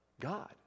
God